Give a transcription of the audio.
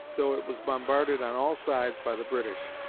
though it was bombarded on all sides by the british.